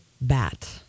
bat